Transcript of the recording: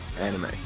anime